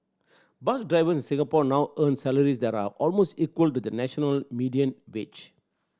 bus drivers in Singapore now earn salaries that are almost equal to the national median wage